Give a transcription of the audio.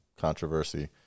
controversy